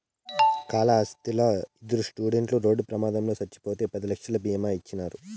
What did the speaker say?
కాళహస్తిలా ఇద్దరు స్టూడెంట్లు రోడ్డు ప్రమాదంలో చచ్చిపోతే పది లక్షలు బీమా ఇచ్చినారు